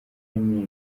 rinini